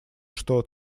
что